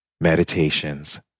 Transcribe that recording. Meditations